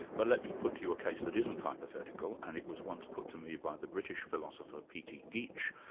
but let me put to you a case that isn't hypothetical, and it was once put to me by the british philosopher, p. t. geech,